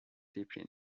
zeppelin